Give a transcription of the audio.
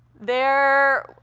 there,